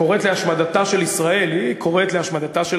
שקוראת להשמדתה של ישראל, היא קוראת להשמדתה של